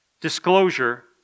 disclosure